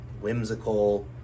whimsical